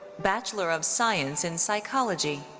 bachelor of science in psychology,